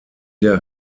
der